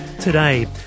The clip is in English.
today